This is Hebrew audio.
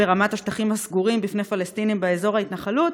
ברמת השטחים הסגורים בפני פלסטינים באזור ההתנחלות,